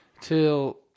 till